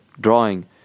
drawing